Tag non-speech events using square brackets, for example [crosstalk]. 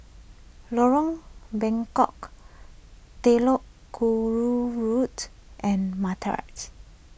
Lorong Bengkok Telok Kurau Road and [unintelligible]